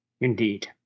Indeed